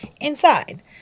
inside